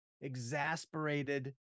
exasperated